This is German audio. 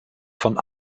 von